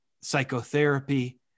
psychotherapy